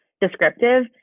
descriptive